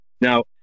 Now